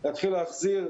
להתחיל להחזיר,